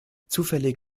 zufällig